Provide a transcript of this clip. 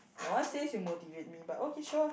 that one says you motivate me but okay sure